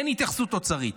אין התייחסות אוצרית.